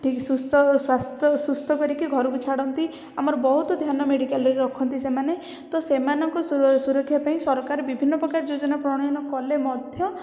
ଠିକ୍ ସୁସ୍ଥ ଓ ସ୍ୱାସ୍ଥ୍ୟ ସୁସ୍ଥ କରିକି ଘରକୁ ଛାଡ଼ନ୍ତି ଆମର ବହୁତ ଧ୍ୟାନ ମେଡିକାଲରେ ରଖନ୍ତି ସେମାନେ ତ ସେମାନଙ୍କ ସୁରକ୍ଷା ପାଇଁ ସରକାର ବିଭିନ୍ନ ପ୍ରକାର ଯୋଜନା ପ୍ରଣୟନ କଲେ ମଧ୍ୟ